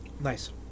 Nice